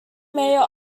mayor